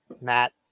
matt